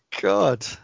god